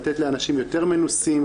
לתת לאנשים יותר מנוסים,